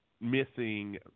missing